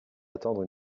attendre